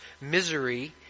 misery